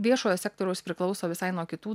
viešojo sektoriaus priklauso visai nuo kitų